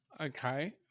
Okay